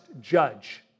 judge